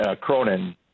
Cronin